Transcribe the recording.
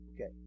Okay